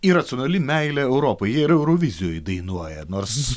iracionali meilė europai jie ir eurovizijoj dainuoja nors